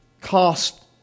cost